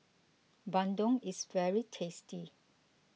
Bandung is very tasty